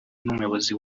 n’umuyobozi